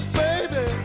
baby